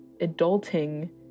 Adulting